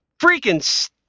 freaking